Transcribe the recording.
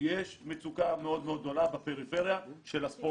יש מצוקה מאוד מאוד גדולה בפריפריה בספורט.